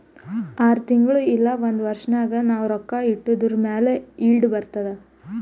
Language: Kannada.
ಆರ್ ತಿಂಗುಳಿಗ್ ಇಲ್ಲ ಒಂದ್ ವರ್ಷ ನಾಗ್ ನಾವ್ ರೊಕ್ಕಾ ಇಟ್ಟಿದುರ್ ಮ್ಯಾಲ ಈಲ್ಡ್ ಬರ್ತುದ್